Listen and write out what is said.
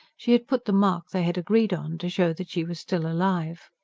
she had put the mark they had agreed on, to show that she was still alive.